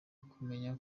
kumenya